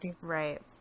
right